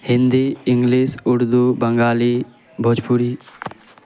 Hindi English Urdu Bengali Bhojpuri